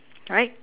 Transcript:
right